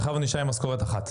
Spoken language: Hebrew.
עכשיו הוא נשאר עם משכורת אחת.